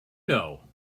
know